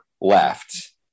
left